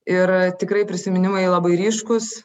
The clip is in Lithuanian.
ir tikrai prisiminimai labai ryškūs